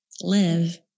Live